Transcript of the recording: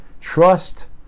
Trust